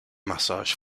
massage